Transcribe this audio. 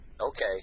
Okay